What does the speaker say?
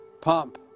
pump